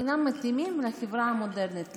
אינה מתאימה לחברה המודרנית,